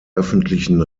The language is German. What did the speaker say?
öffentlichen